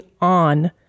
on